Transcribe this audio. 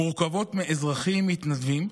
מורכבות מאזרחים מתנדבים,